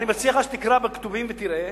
אני מציע לך שתקרא בכתובים ותראה,